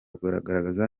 kugaragaza